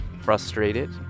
frustrated